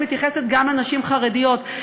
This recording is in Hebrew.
מתייחסת גם לנשים חרדיות.